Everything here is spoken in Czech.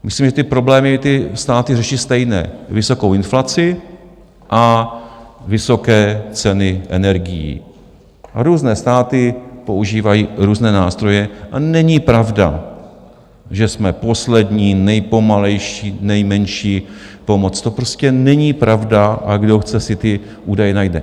Myslím, že ty problémy státy řeší stejné vysokou inflaci a vysoké ceny energií a různé státy používají různé nástroje a není pravda, že jsme poslední, nejpomalejší, nejmenší pomoc, to prostě není pravda, a kdo chce, si ty údaje najde.